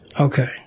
Okay